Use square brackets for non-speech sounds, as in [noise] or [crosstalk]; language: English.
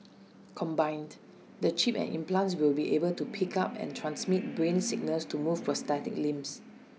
[noise] combined the chip and implants will be able to pick up and transmit brain signals to move prosthetic limbs